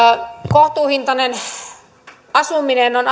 kohtuuhintainen asuminen on